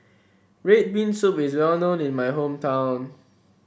red bean soup is well known in my hometown